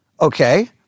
Okay